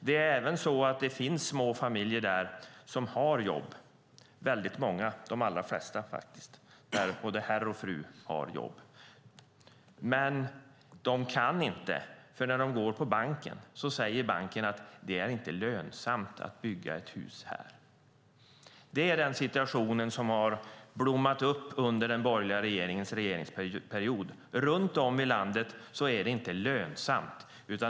Det finns många små familjer där både herr och fru har jobb, de allra flesta faktiskt. När de går till banken säger banken att det inte är lönsamt att bygga ett hus där. Därför kan de inte det. Det är den situation som har blommat upp under den borgerliga regeringens period. Runt om i landet är det inte lönsamt.